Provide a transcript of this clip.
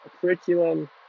curriculum